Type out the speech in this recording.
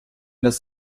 das